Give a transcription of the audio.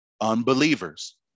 Unbelievers